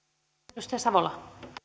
arvoisa rouva